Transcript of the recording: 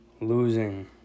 Losing